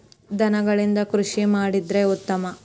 ದನಗಳಿಂದ ಕೃಷಿ ಮಾಡಿದ್ರೆ ಉತ್ತಮ